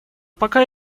пока